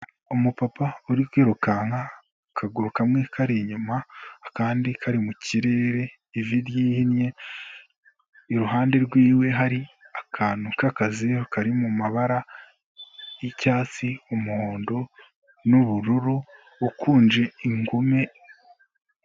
Umupapa uri kwirukanka, akaguru kamwe kari inyuma akandi kari mu kirere, ivi ryihinnye, iruhande rwiwe hari akantu k'akazeru kari mu mabara y'icyatsi, umuhondo n'ubururu, ukunje ingume.